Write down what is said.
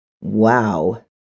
Wow